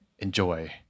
enjoy